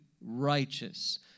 righteous